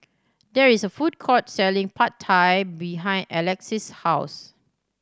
there is a food court selling Pad Thai behind Alexis' house